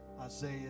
Isaiah